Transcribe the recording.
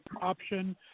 option